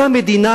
אותה מדינה,